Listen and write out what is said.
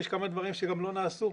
יש כמה דברים שגם לא נעשו.